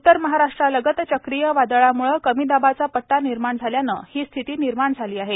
उत्तर महाराष्ट्रालगत चक्रीय वादळामुळे कमी दाबाचा पट्टा निर्माण झाल्यानं ही स्थिती निर्माण झाली आहे